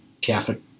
Catholic